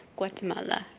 Guatemala